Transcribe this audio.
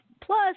Plus